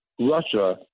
Russia